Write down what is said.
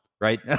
right